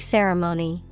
Ceremony